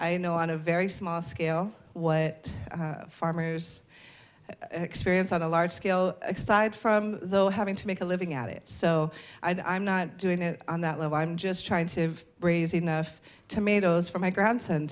i know on a very small scale what farmers experience on a large scale aside from the having to make a living at it so i'm not doing it on that level i'm just trying to raise enough tomatoes for my grandson